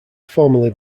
formerly